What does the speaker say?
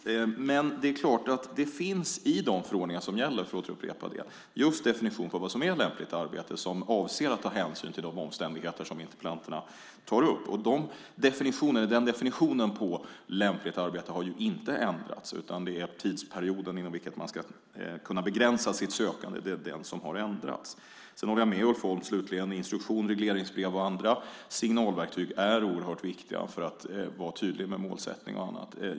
Men det finns i de förordningar som gäller, för att nu upprepa det, en definition på vad som är lämpligt arbete och där man avser att ta hänsyn till de omständigheter som interpellanterna tar upp. Den definitionen på lämpligt arbete har inte ändrats, utan det är tidsperioden inom vilken man ska kunna begränsa sitt sökande. Det är den som har ändrats. Slutligen håller jag med Ulf Holm om att instruktioner, regleringsbrev och andra signalverktyg är oerhört viktiga för att man ska kunna vara tydlig med målsättning och annat.